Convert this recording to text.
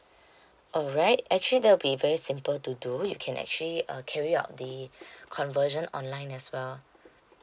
alright actually that will be very simple to do you can actually uh carry out the conversion online as well